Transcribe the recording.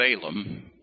Balaam